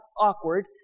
awkward